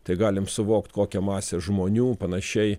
tai galim suvokt kokia masė žmonių panašiai